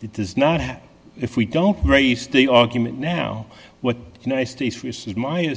it does not happen if we don't raise the argument now what united states receive my